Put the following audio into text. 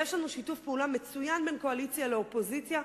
יש לנו שיתוף פעולה מצוין בין קואליציה לאופוזיציה.